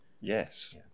yes